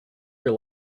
your